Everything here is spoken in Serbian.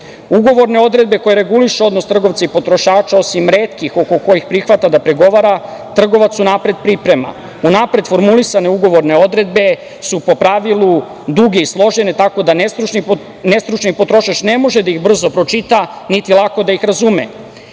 način. Ugovorne odredbe koje regulišu odnos trgovca i potrošača, osim retkih oko kojih prihvata da pregovara, trgovac unapred priprema unapred formulisane ugovorne odredbe, su po pravilu duge i složene tako da nestručni potrošač ne može da ih brzo pročita niti lako da ih razume.